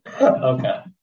Okay